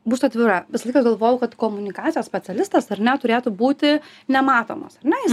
bus atvira visą laiką galvojau kad komunikacijos specialistas ar ne turėtų būti nematomas ar ne jis